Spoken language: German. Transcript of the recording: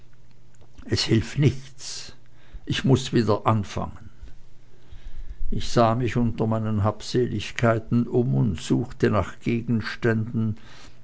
es hilft nichts ich muß wieder anfangen ich sah mich unter meinen habseligkeiten um und suchte nach gegenständen